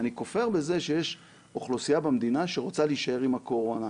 אני כופר בזה שיש אוכלוסייה במדינה שרוצה להישאר עם הקורונה.